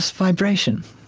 vibration.